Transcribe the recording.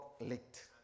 licked